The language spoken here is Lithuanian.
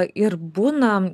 ir būna